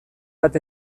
bat